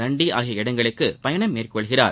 தண்டி ஆகிய இடங்களுக்கு பயணம் மேற்கொள்கிறார்